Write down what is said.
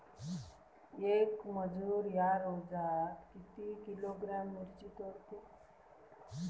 येक मजूर या रोजात किती किलोग्रॅम मिरची तोडते?